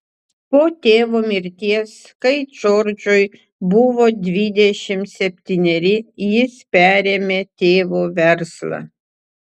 po tėvo mirties kai džordžui buvo dvidešimt septyneri jis perėmė tėvo verslą